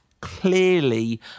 clearly